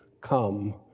come